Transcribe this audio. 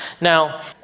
Now